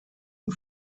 und